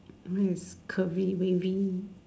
I mean is curvy waving